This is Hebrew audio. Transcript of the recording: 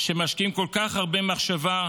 שמשקיעים כל כך הרבה מחשבה,